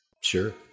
Sure